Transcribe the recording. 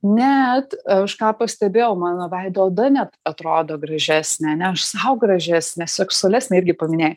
net aš ką pastebėjau mano veido oda net atrodo gražesnė ne aš sau gražesnė seksualesnė irgi paminėjai